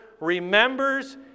remembers